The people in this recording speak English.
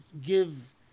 give